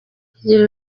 higiro